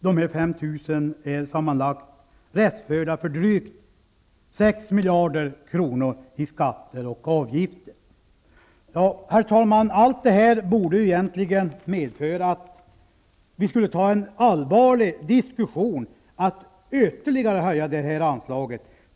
Dessa 5 000 är sammanlagt rättsförda för drygt sex miljarder kronor i skatter och avgifter. Herr talman! Allt detta borde egentligen medföra att vi förde en allvarlig diskussion om att ytterligare höja det här anslaget.